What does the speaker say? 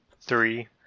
three